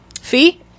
Fee